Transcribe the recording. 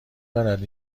دارد